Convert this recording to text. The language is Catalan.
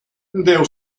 déu